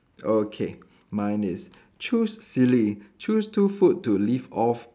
okay mine is choose silly choose two food to live off